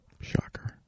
Shocker